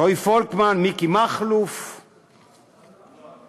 רועי פולקמן, מכלוף מיקי זוהר.